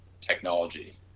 technology